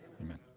Amen